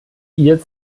ihr